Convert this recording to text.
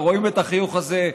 ורואים את החיוך הזה,